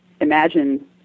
imagine